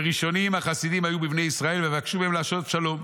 וראשונים החסידים היו בבני ישראל ויבקשו מהם שלום.